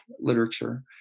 literature